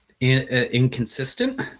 Inconsistent